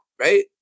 Right